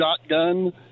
shotgun